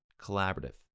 Collaborative